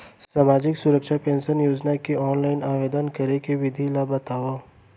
सामाजिक सुरक्षा पेंशन योजना के ऑनलाइन आवेदन करे के विधि ला बतावव